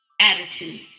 attitude